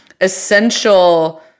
essential